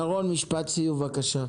ירון, משפט סיום, בבקשה.